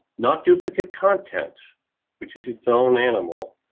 not duplicate content which is a stolen animal,